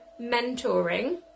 mentoring